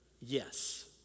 yes